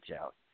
out